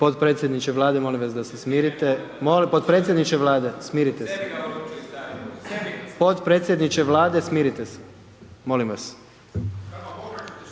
potpredsjedniče Vlade, molim vas da se smirite. Molim, potpredsjedniče Vlade, smirite se. Potpredsjedniče Vlade, smirite se, molim vas.